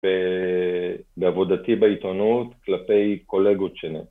בעבודתי בעיתונות כלפי קולגות שלי.